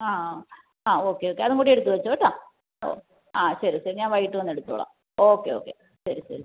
ആ ആ okay okay അതും കൂടി എടുത്ത് വെച്ചോ കേട്ടോ ഓ ആ ശരി ശരി ഞാൻ വൈകിട്ട് വന്ന് എടുത്തോളാം ഓക്കെ ഓക്കെ ശരി ശരി